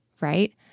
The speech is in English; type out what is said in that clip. right